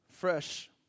Fresh